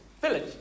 village